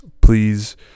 Please